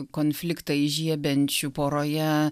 konfliktą įžiebiančių poroje